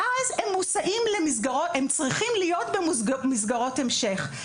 ואז, הם צריכים להיות במסגרות המשך.